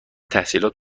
تحصیلات